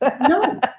no